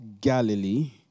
Galilee